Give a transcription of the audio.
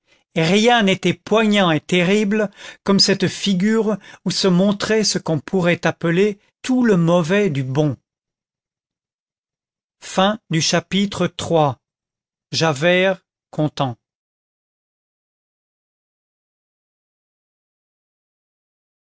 rien n'était poignant et terrible comme cette figure où se montrait ce qu'on pourrait appeler tout le mauvais du bon chapitre